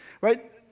right